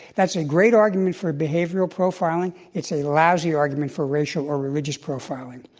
that's a great argument for behavioral profiling, it's a lousy argument for racial or religious profiling.